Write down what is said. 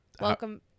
Welcome